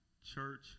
church